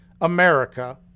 America